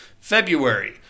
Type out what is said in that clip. February